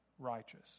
righteous